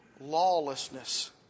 lawlessness